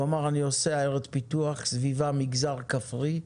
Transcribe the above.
הוא אמר, אני עושה עיירות פיתוח, סביבן מגזר כפרי.